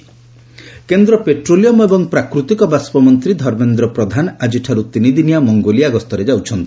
ପ୍ରଧାନ Mongolia କେନ୍ଦ୍ର petroleum ଏବଂ ପ୍ରାକୃତିକ ବାଷ୍ପ ମନ୍ତ୍ରୀ ଧର୍ମେନ୍ଦ୍ର ପ୍ରଧାନ ଆକ୍କିଠାର୍ ତିନିଦିନିଆ ମଙ୍ଗୋଲିଆ ଗସ୍ତରେ ଯାଉଛନ୍ତି